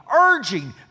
urging